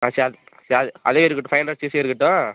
அதே இருக்கட்டும் five hundred சிசீயே இருக்கட்டும்